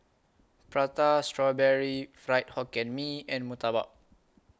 Prata Strawberry Fried Hokkien Mee and Murtabak